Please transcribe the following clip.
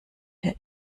der